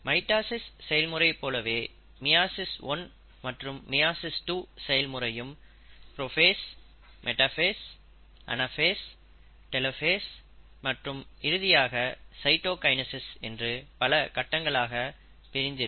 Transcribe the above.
mitosis செயல்முறை போலவே meiosis 1 மற்றும் மியாசிஸ் 2 செயல் முறையும் புரோஃபேஸ் மெட்டாஃபேஸ் அனாஃபேஸ் டெலோஃபேஸ் மற்றும் இறுதியாக சைட்டோகைனசிஸ் என்று பல கட்டங்களாக பிரித்து இருக்கும்